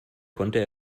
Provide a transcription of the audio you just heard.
konnte